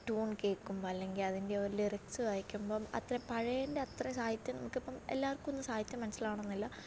tune കേൾക്കുമ്പം അല്ലെങ്കിൽ അതിൻ്റെ ഒരു ലിറിക്സ് വായിക്കുമ്പം അത്ര പഴയതിൻ്റെ അത്ര സാഹിത്യം നമുക്കിപ്പം എല്ലാർക്കുമൊന്നും സാഹിത്യം മനസ്സിലാകണമെന്നില്ല